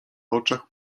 oczach